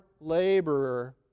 laborer